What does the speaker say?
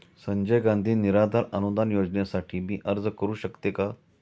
संजय गांधी निराधार अनुदान योजनेसाठी मी अर्ज करू शकते का?